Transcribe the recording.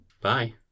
Bye